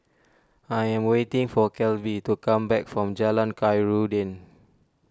I am waiting for Kelby to come back from Jalan Khairuddin